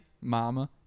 mama